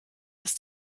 ist